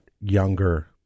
younger